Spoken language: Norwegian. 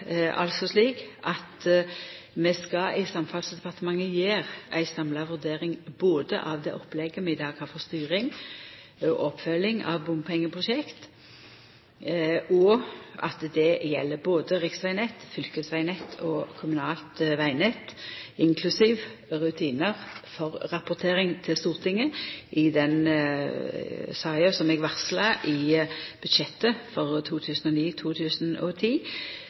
altså slik at vi i Samferdselsdepartementet skal gjera ei samla vurdering av det opplegget vi i dag har for styring og oppfølging av bompengeprosjekt, og det gjeld både riksvegnett, fylkesvegnett og kommunalt vegnett, inklusiv rutinar for rapportering til Stortinget i den saka som er varsla i budsjettet for